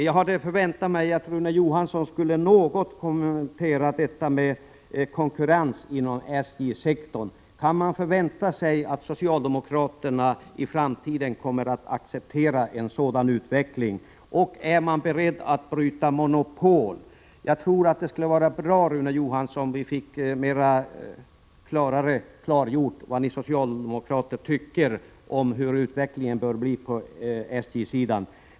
Jag hade väntat mig att Rune Johansson skulle kommentera detta med konkurrens inom SJ-sektorn. Kan man förvänta sig att socialdemokraterna kommer att acceptera en sådan utveckling, och är man beredd att bryta monopol? Det skulle vara bra, Rune Johansson, om vi fick klargjort hur ni socialdemokrater tycker att utvecklingen bör bli på SJ-sidan.